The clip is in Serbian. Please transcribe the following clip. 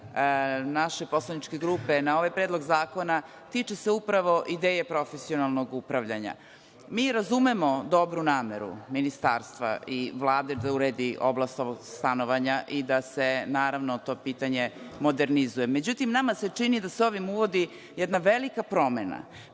naše poslaničke grupe na ovaj predlog zakona se tiče upravo ideje profesionalnog upravljanja. Mi razumemo dobru nameru ministarstva i Vlade da uvede oblast stanovanja i da se to pitanje modernizuje. Međutim, nama se čini da se ovim uvodi jedna velika promena